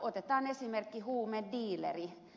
otetaan esimerkki huumediileri